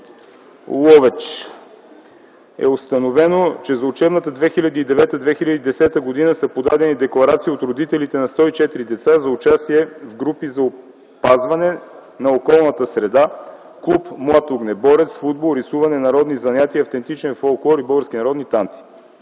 Ловеч, е установено, че за учебната 2009-2010 г. са подадени декларации от родителите на 104 деца за участие в: групи за опазване на околната среда, клуб „Млад огнеборец”, футбол, рисуване, народни занятия, автентичен фолклор и български народни танци.